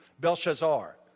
Belshazzar